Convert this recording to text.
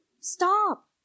Stop